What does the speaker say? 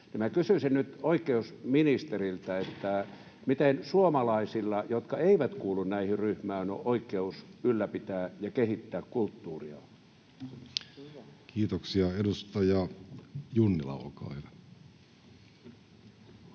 kysyisin nyt oikeusministeriltä: miten suomalaisilla, jotka eivät kuulu näihin ryhmiin, on oikeus ylläpitää ja kehittää kulttuuriaan? [Speech 31] Speaker: Jussi Halla-aho